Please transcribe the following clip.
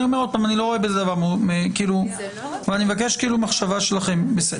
אני מבקש מחשבה שלכם.